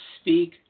speak